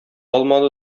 алмады